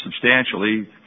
substantially